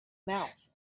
mouth